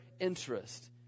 interest